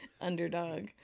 Underdog